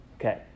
Okay